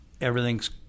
everything's